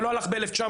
זה לא הלך ב-1920,